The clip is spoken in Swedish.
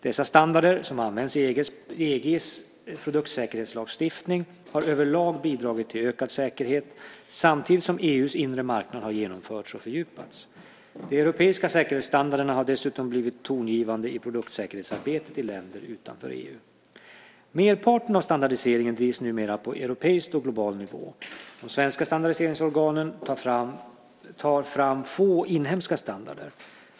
Dessa standarder, som används i EG:s produktsäkerhetslagstiftning, har överlag bidragit till ökad säkerhet samtidigt som EU:s inre marknad har genomförts och fördjupats. De europeiska säkerhetsstandarderna har dessutom blivit tongivande i produktsäkerhetsarbetet i länder utanför EU. Merparten av standardiseringen drivs numera på europeisk och global nivå. De svenska standardiseringsorganen tar fram få inhemska standarder.